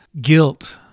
guilt